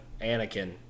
Anakin